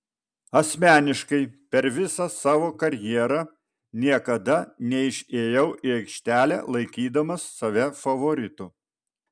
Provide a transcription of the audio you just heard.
asmeniškai per visą savo karjerą niekada neišėjau į aikštelę laikydamas save favoritu